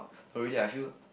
no ready I feel